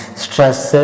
stress